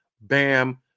bam